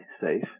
safe